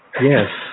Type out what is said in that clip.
Yes